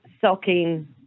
sucking